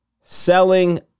selling